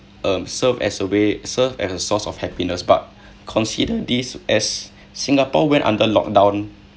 um serve as a way serve as a source of happiness but consider this as singapore went under lockdown